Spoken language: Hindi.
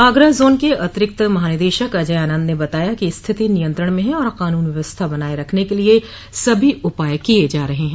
आगरा जोन के अतिरिक्त महानिदेशक अजय आनंद ने बताया कि स्थिति नियंत्रण में है और कानून व्यवस्था बनाए रखने के लिए सभी उपाय किए जा रहे हैं